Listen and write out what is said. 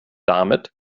damit